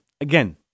again